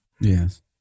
Yes